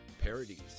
Parodies